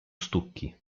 stucchi